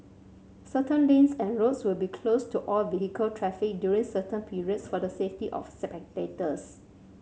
certain lanes and roads will be closed to all vehicle traffic during certain periods for the safety of spectators